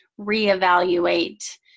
reevaluate